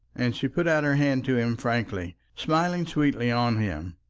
and she put out her hand to him frankly, smiling sweetly on him.